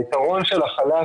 היתרון של החל"ת,